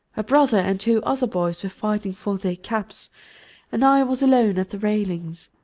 brother and two other boys were fighting for their caps and i was alone at the railings.